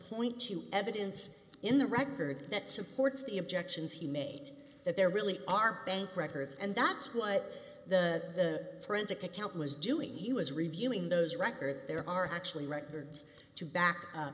point to evidence in the record that supports the objections he made that there really are bank records and that's what the forensic account was doing he was reviewing those records there are actually records to back